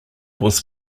was